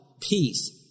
peace